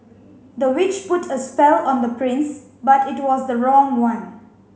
the witch put a spell on the prince but it was the wrong one